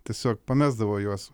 tiesiog pamesdavo juos